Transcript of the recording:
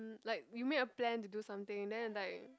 hmm like we make a plan to do something then is like